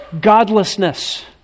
Godlessness